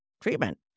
treatment